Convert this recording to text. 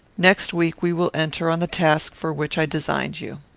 next week we will enter on the task for which i designed you.